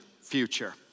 future